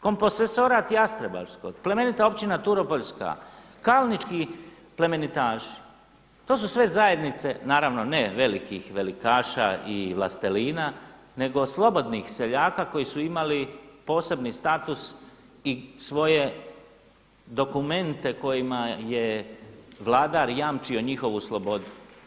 Komposesorat Jastrebarsko, Plemenita Općina Turopoljska, Kalnički plemenitaši to su sve zajednice, naravno ne velikih velikaša i vlastelina nego slobodnih seljaka koji su imali posebni status i svoje dokumente kojima je vladar jamčio njihovu slobodu.